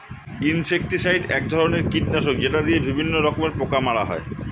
insecticide এক ধরনের কীটনাশক যেটা দিয়ে বিভিন্ন রকমের পোকা মারা হয়